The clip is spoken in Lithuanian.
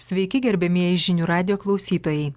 sveiki gerbiamieji žinių radijo klausytojai